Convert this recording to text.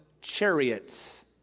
chariots